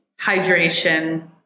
hydration